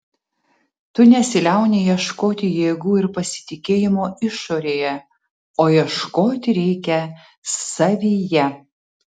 tu nesiliauni ieškoti jėgų ir pasitikėjimo išorėje o ieškoti reikia savyje